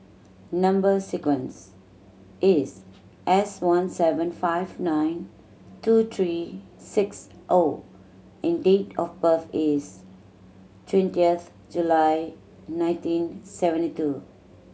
number sequence is S one seven five nine two three six O and date of birth is twentieth July nineteen seventy two